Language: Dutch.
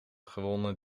gewonnen